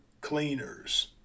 Cleaners